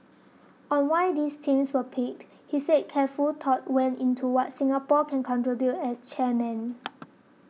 on why these themes were picked he said careful thought went into what Singapore can contribute as chairman